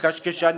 קשקשנים.